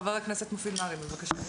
חבר הכנסת מופיד מרעי, בבקשה.